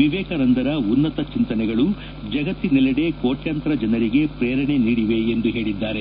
ವಿವೇಕಾನಂದರ ಉನ್ನತ ಚಿಂತನೆಗಳು ಜಗತ್ತಿನೆಲ್ಲೆಡೆ ಕೋಟ್ಲಂತರ ಜನರಿಗೆ ಪ್ರೇರಣೆ ನೀಡಿವೆ ಎಂದು ಹೇಳಿದ್ದಾರೆ